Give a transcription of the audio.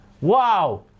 Wow